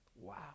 wow